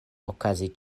okazi